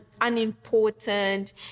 unimportant